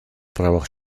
правах